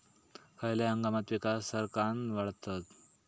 खयल्या हंगामात पीका सरक्कान वाढतत?